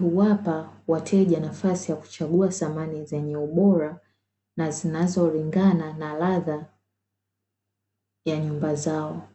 huwapa wateja nafasi ya kuchagua samani zenye ubora na zinazolingana na ladha ya nyumba zao.